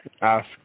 ask